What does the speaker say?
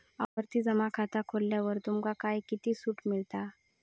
आवर्ती जमा खाता खोलल्यावर तुमका काय किती सूट मिळता?